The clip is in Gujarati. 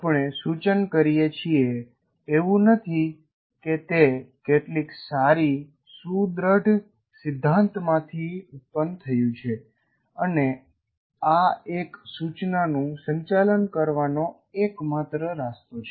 આપણે સૂચન કરીએ છીએ એવું નથી કે તે કેટલીક સારી સુદૃઢ સિદ્ધાંત માંથી ઉત્પન્ન થયું છે અને આ એક સૂચનાનું સંચાલન કરવાનો એકમાત્ર રસ્તો છે